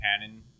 canon